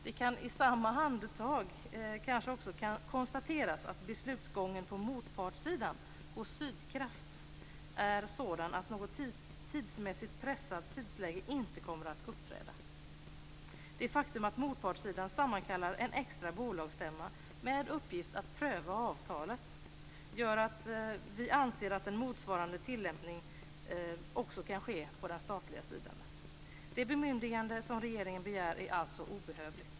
Det kan i samma andetag också konstateras att beslutsgången på motpartssidan, hos Sydkraft, är sådan att något tidsmässigt pressat tidsläge inte kommer att uppträda. Det faktum att motpartssidan sammankallar en extra bolagsstämma med uppgift att pröva avtalet gör att vi anser att en motsvarande tillämpning också kan ske på den statliga sidan. Det bemyndigande som regeringen begär är alltså obehövligt.